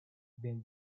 been